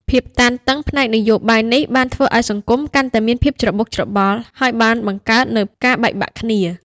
ភាពតានតឹងផ្នែកនយោបាយនេះបានធ្វើឲ្យសង្គមកាន់តែមានភាពច្របូកច្របល់ ហើយបានបង្កើតនូវការបែកបាក់គ្នា។